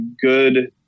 good